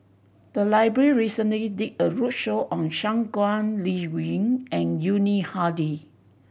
the library recently did a roadshow on Shangguan Liuyun and Yuni Hadi